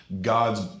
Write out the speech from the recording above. God's